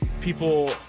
people